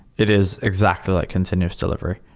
it is exactly like continuous delivery,